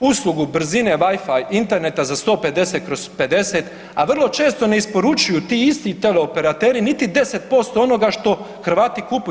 uslugu brzine Wi-fi interneta za 150 kroz 50, a vrlo često ne isporučuju ti isti teleoperateri niti 10% onoga što Hrvati kupuju.